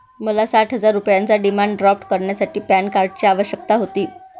मला साठ हजार रुपयांचा डिमांड ड्राफ्ट करण्यासाठी पॅन कार्डची आवश्यकता होती